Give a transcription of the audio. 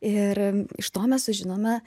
ir iš to mes sužinome